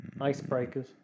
Icebreakers